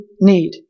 need